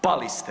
Pali ste.